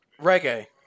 reggae